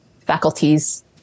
faculties